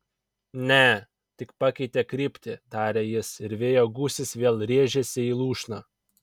ne tik pakeitė kryptį tarė jis ir vėjo gūsis vėl rėžėsi į lūšną